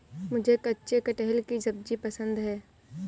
मुझे कच्चे कटहल की सब्जी पसंद है